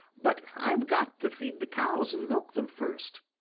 but i've got to feed the cows and milk them first,